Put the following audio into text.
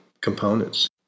components